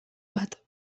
bat